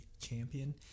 champion